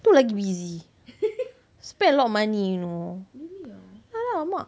tu lagi busy spent a lot of money you know ah lah mak